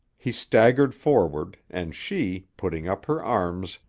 he staggered forward, and she, putting up her arms,